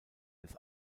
des